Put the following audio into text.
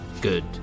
good